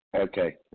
Okay